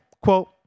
Quote